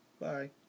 Bye